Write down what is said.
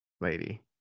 lady